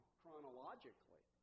chronologically